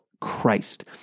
Christ